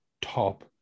top